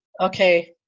Okay